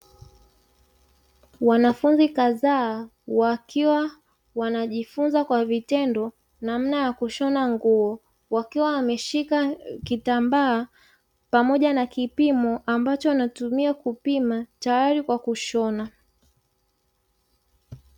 Wanafunzi kadhaa wakiwa wanajifunza kwa vitendo namna ya kushona nguo, wakiwa wameshika kitambaa pamoja na kipimo ambacho wanatumia kupima tayari kwa kushona.